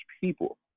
people